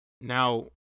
Now